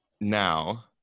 Now